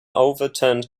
overturned